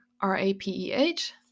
R-A-P-E-H